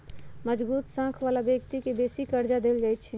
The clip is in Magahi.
मजगुत साख बला व्यक्ति के बेशी कर्जा देल जाइ छइ